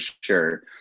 sure